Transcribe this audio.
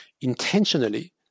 intentionally